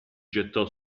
gettò